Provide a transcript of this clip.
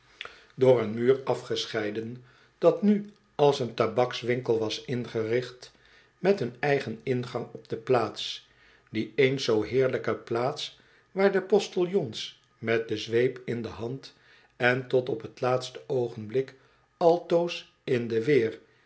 door een muur afgescheiden dat nu als een tabakswinkel was ingericht met een eigen ingang op de plaats die eens zoo heerlijke plaats waar de postiljons met de zweep in de hand en tot op t laatste oogenblik altoos in de weer